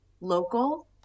local